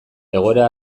egoera